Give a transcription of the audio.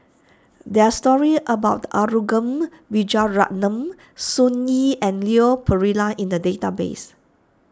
there are stories about Arumugam Vijiaratnam Sun Yee and Leon Perera in the database